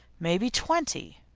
maybe twenty!